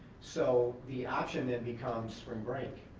so the option then becomes spring break,